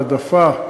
העדפה,